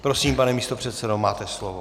Prosím, pane místopředsedo, máte slovo.